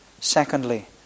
secondly